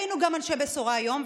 היינו גם אנשי בשורה היום,